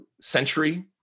century